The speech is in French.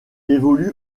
évolue